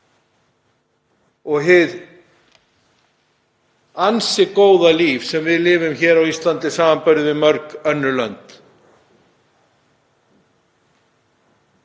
og hið ansi góða líf sem við lifum hér á Íslandi samanborið við mörg önnur lönd.